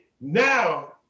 now